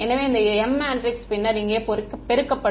எனவே இந்த m matrix பின்னர் இங்கே பெருக்கப்படும்